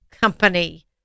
company